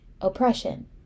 oppression